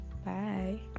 Bye